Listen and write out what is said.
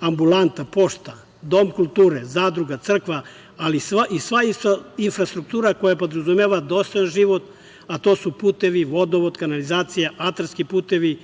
ambulanta, pošta, dom kulture, zadruga, crkva, ali i sva infrastruktura koja podrazumeva dostojan život – putevi, vodovod, kanalizacija, atarski putevi,